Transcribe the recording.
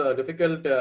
difficult